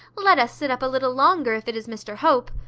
let us sit up a little longer if it is mr hope.